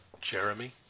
Jeremy